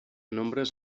nombres